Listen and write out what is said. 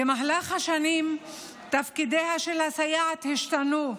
במהלך השנים תפקידיה של הסייעת השתנו,